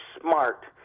smart